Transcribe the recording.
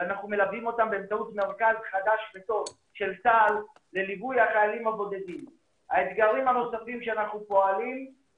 אני מקבל מאות פניות של חיילים בודדים ולפעמים זה